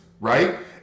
right